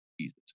Jesus